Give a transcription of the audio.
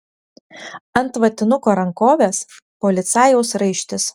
ant vatinuko rankovės policajaus raištis